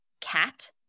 cat